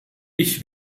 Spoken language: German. ich